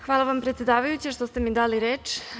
Hvala vam predsedavajuća što ste mi dali reč.